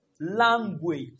Language